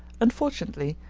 unfortunately,